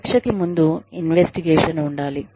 శిక్ష కి ముందు ఇన్వెస్టిగేషన్ ఉండాలి